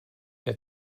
der